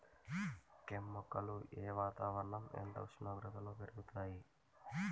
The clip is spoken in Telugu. కెమ్ మొక్కలు ఏ వాతావరణం ఎంత ఉష్ణోగ్రతలో పెరుగుతాయి?